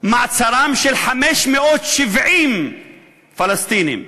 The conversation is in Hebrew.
מעצרם של 570 פלסטינים,